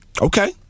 Okay